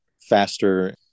faster